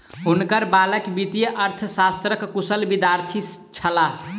हुनकर बालक वित्तीय अर्थशास्त्रक कुशल विद्यार्थी छलाह